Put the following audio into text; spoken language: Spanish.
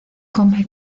come